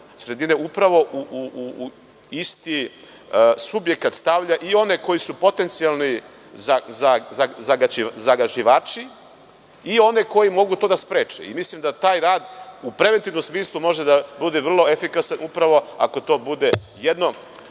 sredine upravo u isti subjekat stavlja i one koji su potencijalni zagađivači i one koji mogu to da spreče. Mislim da taj rad u preventivnom smislu može da bude vrlo efikasan, upravo ako to bude jedno